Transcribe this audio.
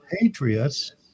Patriots